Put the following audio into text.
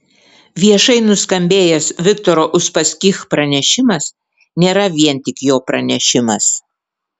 viešai nuskambėjęs viktoro uspaskich pranešimas nėra vien tik jo pranešimas